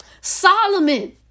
Solomon